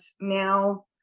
now